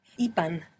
Ipan